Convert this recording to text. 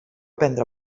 prendre